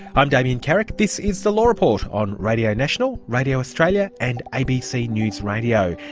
i'm damien carrick, this is the law report on radio national, radio australia and abc news radio.